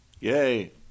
Yay